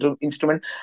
instrument